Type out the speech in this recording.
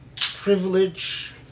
privilege